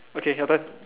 okay your turn